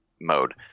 mode